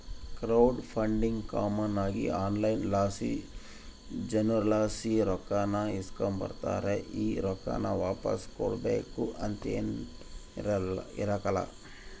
crowd funding common ಆಗಿ online ಲಾಸಿ ಜನುರ್ಲಾಸಿ ರೊಕ್ಕಾನ ಇಸ್ಕಂಬತಾರ, ಈ ರೊಕ್ಕಾನ ವಾಪಾಸ್ ಕೊಡ್ಬಕು ಅಂತೇನಿರಕ್ಲಲ್ಲ